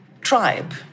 tribe